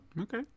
Okay